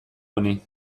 honi